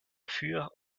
für